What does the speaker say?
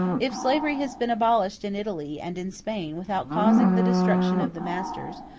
if slavery has been abolished in italy and in spain without causing the destruction of the masters,